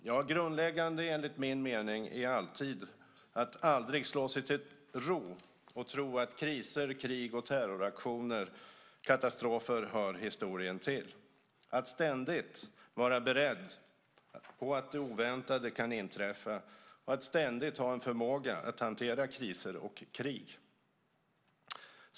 Det grundläggande är alltid, enligt min mening, att aldrig slå sig till ro och tro att kriser, krig och terroraktioner, katastrofer hör historien till. Det är grundläggande att ständigt vara beredd på att det oväntade kan inträffa och att ständigt ha en förmåga att hantera kriser och krig.